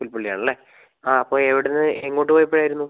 പുൽപ്പള്ളിയാണല്ലേ ആ അപ്പോൾ എവിടുന്ന് എങ്ങോട്ട് പോയപ്പോഴായിരുന്നു